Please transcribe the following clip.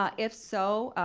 um if so,